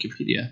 Wikipedia